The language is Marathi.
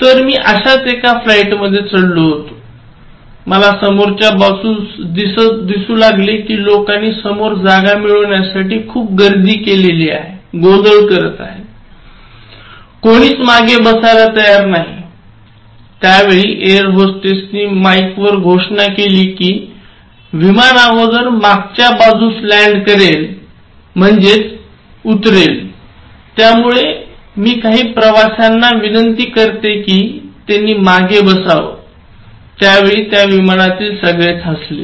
तर मी अशाच एका फ्लाईटमध्ये चढलो होतो मला समोरच्या बाजूस दिसू लागले कि लोकांनी समोर जागा मिळवण्यासाठी खूप गर्दी केली आहे कोणीच मागे बसायला तयार नाही त्यावेळी ऐरहोस्टेसनि माईक वर घोषणा केली कि विमान अगोदर मागच्या बाजूस लँड करेल म्हणजेच उतरेल त्यामुळे मी काही प्रवास्यांनी विनंती करते कि त्यांनी मागे बसावं त्यावेळी त्या विमानातील सगळेच हसले